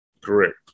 Correct